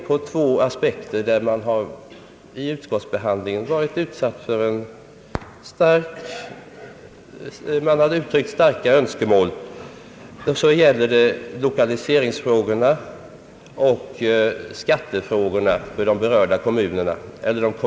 På två punkter har vi under utskottsbehandlingen fått ta del av mycket starka önskemål. Det gäller lokaliseringsfrågorna och skattefrågorna i de berörda kommunerna.